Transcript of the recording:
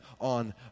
on